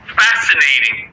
fascinating